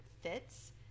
fits